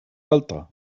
salta